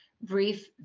brief